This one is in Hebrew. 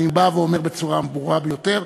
אני בא ואומר בצורה הברורה ביותר,